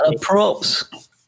Props